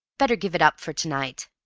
better give it up for to-night,